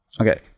Okay